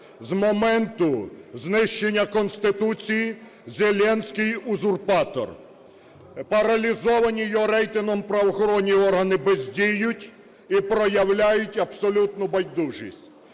З моменту знищення Конституції Зеленський - узурпатор. Паралізовані його рейтингом правоохоронні органи бездіють і проявляють абсолютну байдужість.